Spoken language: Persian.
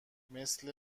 مثل